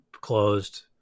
closed